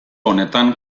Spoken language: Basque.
honetan